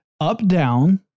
up-down